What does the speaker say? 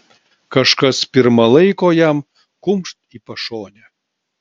kažkas pirma laiko jam kumšt į pašonę